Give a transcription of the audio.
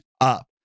up